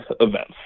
events